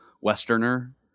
westerner